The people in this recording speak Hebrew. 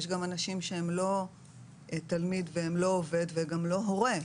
יש גם אנשים שהם לא תלמיד והם לא עובד וגם לא הורה.